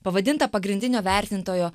pavadinta pagrindinio vertintojo